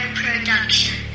production